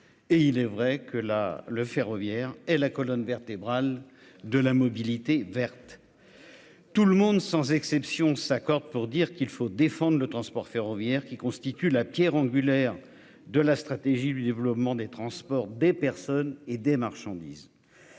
et il est vrai que la, le ferroviaire et la colonne vertébrale de la mobilité verte. Tout le monde sans exception s'accordent pour dire qu'il faut défendre le transport ferroviaire qui constitue la Pierre angulaire de la stratégie du développement des transports des personnes et des marchandises.